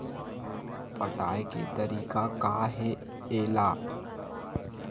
पटाय के तरीका का हे एला?